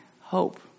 hope